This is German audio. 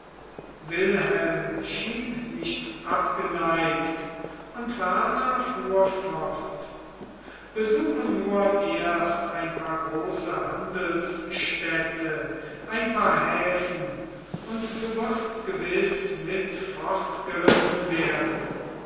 wilhelm schien nicht abgeneigt und werner fuhr fort besuche nur erst ein paar große handelsstädte ein paar häfen und du wirst gewiß mit fortgerissen werden